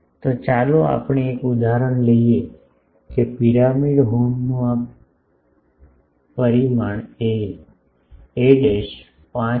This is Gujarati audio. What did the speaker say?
તો ચાલો આપણે એક ઉદાહરણ લઈએ કે પિરામિડ હોર્નનું આ પરિમાણ એ 5